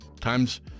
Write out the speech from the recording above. times